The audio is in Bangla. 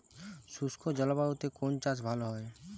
শুষ্ক জলবায়ুতে কোন চাষ ভালো হয়?